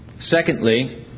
Secondly